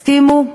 הסכימו.